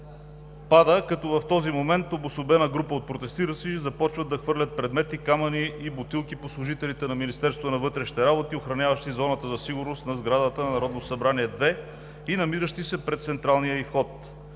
пада, като в този момент обособена група от протестиращи започва да хвърля предмети, камъни и бутилки по служителите на Министерството на вътрешните работи, охраняващи зоната за сигурност на сградата на Народно събрание 2, и намиращи се пред централния ѝ вход,